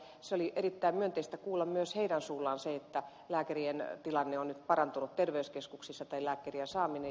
oli erittäin myönteistä kuulla myös heidän suullaan se että lääkärien saaminen on nyt parantunut terveyskeskuksissa